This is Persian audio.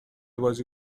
بازی